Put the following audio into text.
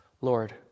Lord